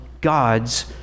God's